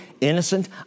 innocent